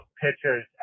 pitchers